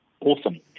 awesome